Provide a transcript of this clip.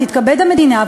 תתכבד המדינה,